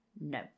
No